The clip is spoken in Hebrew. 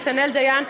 נתנאל דיין,